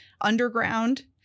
Underground